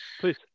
Please